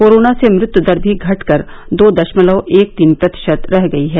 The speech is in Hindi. कोरोना से मृत्यु दर भी घटकर दो दशमलव एक तीन प्रतिशत रह गई है